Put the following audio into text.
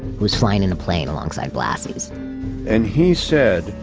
who was flying in a plane alongside blassi's and he said,